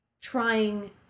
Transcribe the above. trying